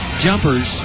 jumpers